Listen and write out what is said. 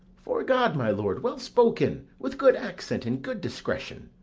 fore god, my lord, well spoken, with good accent and good discretion.